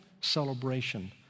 celebration